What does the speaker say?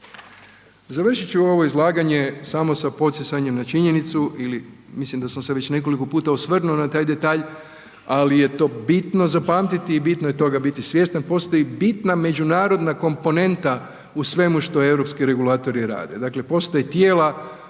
Završit ću ovo izlaganje samo sa podsjećanjem na činjenicu ili mislim da se već nekoliko puta osvrnuo na taj detalj, ali je to bitno zapamtiti i bitno je toga biti svjestan, postoji bitna međunarodna komponenta u svemu što europski regulatori rade, dakle postoje tijela